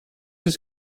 just